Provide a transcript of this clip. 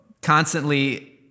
Constantly